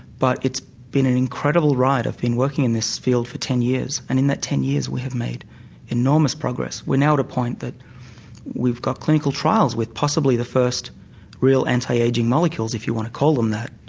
but it's been an incredible ride, i've been working in this field for ten years and in that ten years we have made enormous progress. we are now at a point that we've got clinical trials with possibly the first real anti-ageing molecules if you want to call them that.